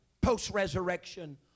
post-resurrection